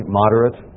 moderate